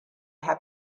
have